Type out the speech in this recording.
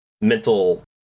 mental